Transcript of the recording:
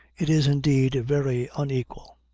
it is indeed very unequal,